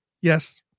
yes